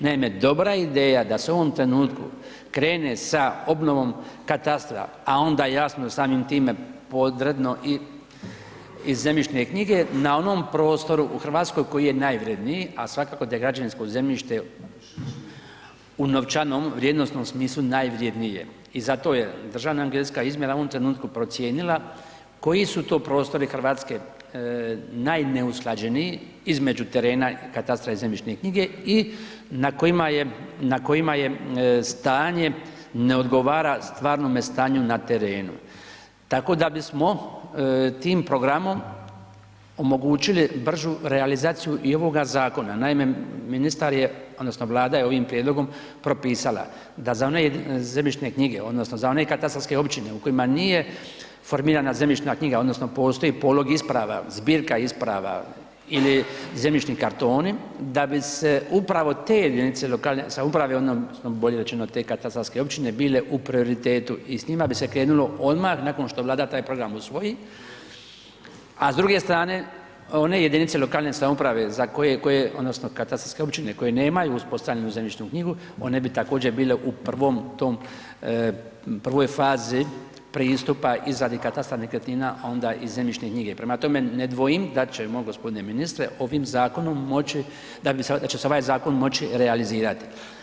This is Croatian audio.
Naime, dobra je ideja da se u ovom trenutku krene sa obnovom katastra, a onda jasno samim time podredno i zemljišne knjige na onom prostoru u Hrvatskoj koji je najvrjedniji a svakako da je građevinsko zemljište u novčanom vrijednosnom smislu, najvrijednije i zato je državna ... izmjena u ovom trenutku procijenila koji su to prostori Hrvatske najneusklađeniji između terena, katastra i zemljišne knjige i na kojima stanje ne odgovara stvarnome stanju na terenu tako da bi smo tim programom omogućili bržu realizaciju i ovoga zakona, naime, ministar odnosno Vlada je ovim prijedlogom propisala da za one zemljišne knjige odnosno za one katastarske općine u kojima nije formirana zemljišna knjiga odnosi postoji polog isprava, zbirka isprava ili zemljišni kartoni da bi se upravo te jedinice lokalne samouprave odnosno bolje rečeno te katastarske općine, bile u prioritetu i s njima bi se krenulo odmah nakon što Vlada taj program usvoji a s druge strane, one jedinice lokalne samouprave za koje odnosno katastarske općine koje nemaju uspostavljenu zemljišnu knjigu, one bi također bile u prvoj fazi pristupa iz katastra nekretnina onda i zemljišne knjige, prema tome, ne dvojim da ćemo g. ministre će se ovaj zakon moći realizirati.